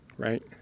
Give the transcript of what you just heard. right